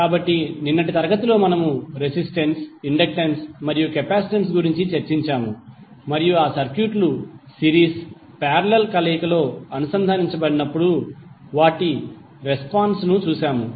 కాబట్టి నిన్న తరగతిలో మనము రెసిస్టెన్స్ ఇండక్టెన్స్ మరియు కెపాసిటెన్స్ గురించి చర్చించాము మరియు ఆ సర్క్యూట్లు సిరీస్ పారేలల్ కలయికలో అనుసంధానించబడినప్పుడు వాటి రెస్పాన్స్ ను చూశాము